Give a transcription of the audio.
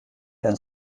and